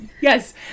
Yes